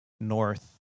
north